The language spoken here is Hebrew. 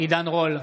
עידן רול,